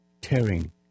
tearing